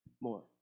more